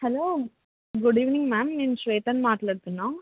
hello good evening ma'am నేను శ్వేతని మాట్లాడుతున్నా